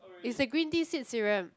it's the green tea seed serum